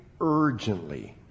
urgently